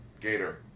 Gator